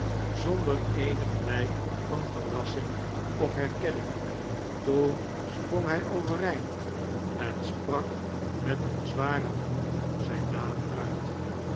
zonder eenig blijk van verrassing of herkenning toen sprong hij overeind en sprak met een zwaren vloek zijn naam uit